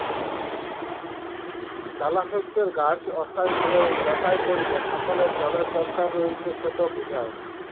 দালাশস্যের গাহাচ অস্থায়ীভাবে ল্যাঁতাই পড়লে ফসলের জলের দরকার রঁয়েছে সেট বুঝায়